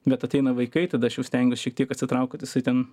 bet ateina vaikai tada aš jau stengiuos šiek tiek atsitraukt kad jisai ten